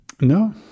no